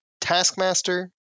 Taskmaster